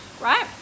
Right